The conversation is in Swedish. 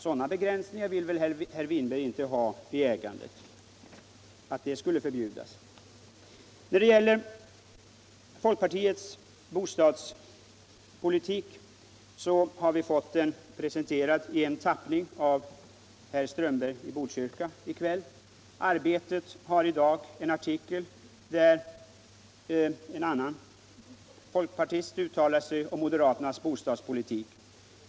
Några begränsningar i ägandet i det avseendet vill väl inte herr Winberg ha. Folkpartiets bostadspolitik har vi i kväll fått presenterad i herr Strömbergs tappning. Tidningen Arbetet har i dag en artikel där en ledande folkpartist uttalar sig om moderaternas bostadspolitik.